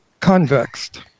convexed